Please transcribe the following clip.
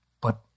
But